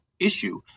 issue